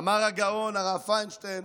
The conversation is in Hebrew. אמר הגאון הרב פיינשטיין: